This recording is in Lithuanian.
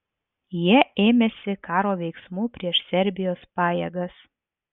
jie ėmėsi karo veiksmų prieš serbijos pajėgas